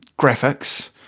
graphics